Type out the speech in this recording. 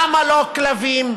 למה לא כלבים?